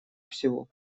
всего